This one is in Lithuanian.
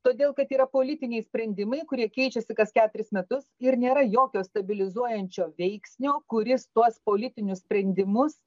todėl kad yra politiniai sprendimai kurie keičiasi kas keturis metus ir nėra jokio stabilizuojančio veiksnio kuris tuos politinius sprendimus